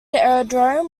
aerodrome